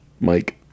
mike